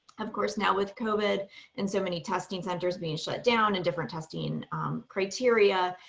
of course now with covid and so many testing centers being shut down and different testing criteria,